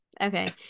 Okay